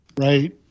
Right